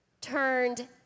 turned